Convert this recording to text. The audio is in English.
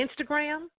Instagram